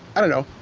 i don't know,